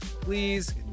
please